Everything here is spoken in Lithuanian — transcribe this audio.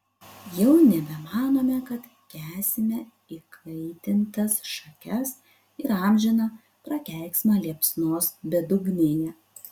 jau nebemanome kad kęsime įkaitintas šakes ir amžiną prakeiksmą liepsnos bedugnėje